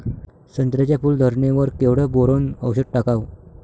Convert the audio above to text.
संत्र्याच्या फूल धरणे वर केवढं बोरोंन औषध टाकावं?